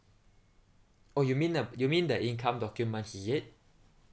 oh you mean uh you mean the income documents is it